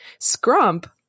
Scrump